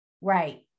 Right